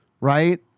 right